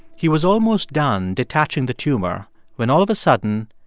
he was almost done detaching the tumor when all of a sudden,